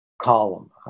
column